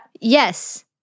yes